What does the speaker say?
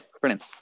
brilliant